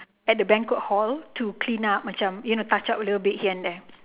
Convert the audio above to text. at the banquet hall to clean up macam you know touch up little bit here and there